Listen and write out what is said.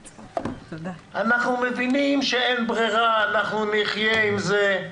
אנחנו מבינים שאין ברירה, אנחנו נחיה עם זה,